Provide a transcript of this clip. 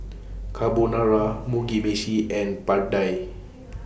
Carbonara Mugi Meshi and Pad Thai